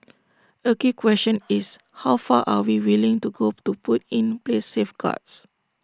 A key question is how far are we willing to go to put in place safeguards